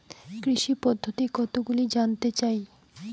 কৃষি পদ্ধতি কতগুলি জানতে চাই?